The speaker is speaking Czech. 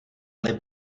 ale